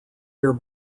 here